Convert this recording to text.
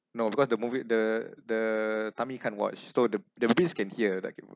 no because the movie the the tummy can't watch so the the beast can hear that he was